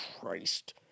Christ